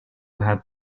have